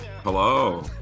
Hello